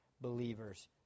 believers